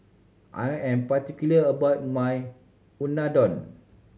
I am particular about my Unadon